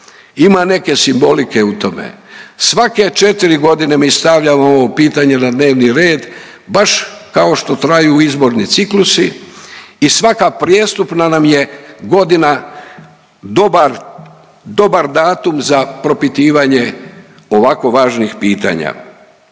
ima neke simbolike u tome, svake četiri godine mi stavljamo ovo pitanje na dnevni red baš kao što traju izborni ciklusi i svaka prijestupna nam je godina dobar, dobar datum za propitivanje ovako važnih pitanja.